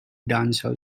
dancehall